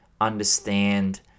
understand